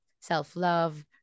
self-love